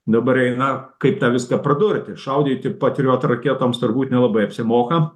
dabar eina kaip tą viską pradurti šaudyti patriot raketoms turbūt nelabai apsimoka